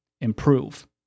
improve